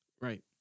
right